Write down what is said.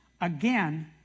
again